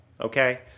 okay